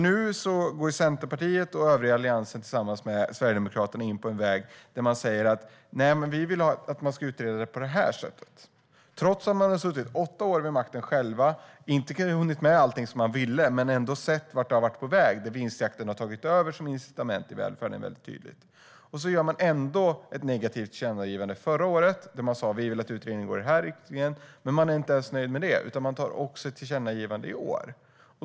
Nu går Centerpartiet och övriga Alliansen tillsammans Sverigedemokraterna in på en väg där man säger: Nej, vi vill att man ska utreda det på det här sättet. Alliansen har själv suttit vid makten i åtta år och då inte hunnit med allting som man ville men ändå sett vart det har varit på väg - att vinstjakten har tagit över som incitament i välfärden är tydligt. Ändå gjorde man ett negativt tillkännagivande förra året där man sa i vilken riktning man ville att utredningen skulle gå. Men man är inte ens nöjd med det, utan man gör också ett tillkännagivande i år.